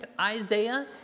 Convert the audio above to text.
Isaiah